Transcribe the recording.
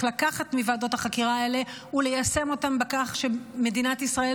לקחת מוועדות החקירה האלה וליישם אותן בכך שמדינת ישראל